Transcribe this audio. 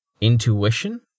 Intuition